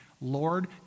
Lord